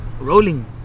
rolling